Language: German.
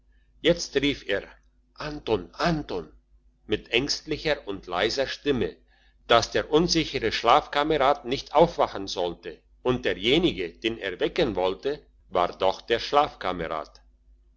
jetzt rief er anton anton mit ängstlicher und leiser stimme dass der unsichere schlafkamerad nicht aufwachen sollte und derjenige den er wecken wollte war doch der